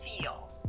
feel